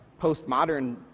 postmodern